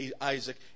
Isaac